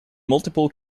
multiple